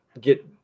get